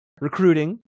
recruiting